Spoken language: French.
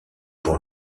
pour